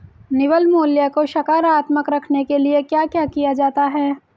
निवल मूल्य को सकारात्मक रखने के लिए क्या क्या किया जाता है?